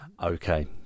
Okay